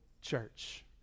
church